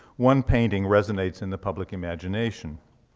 one painting resonates in the public imagination,